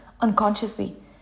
unconsciously